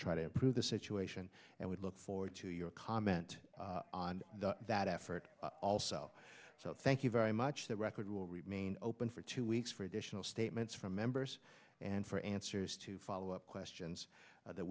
try to improve the situation and we look forward to your comment on that effort also so thank you very much that record will remain open for two weeks for additional statements from members and for answers to follow up questions